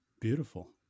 Beautiful